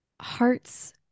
hearts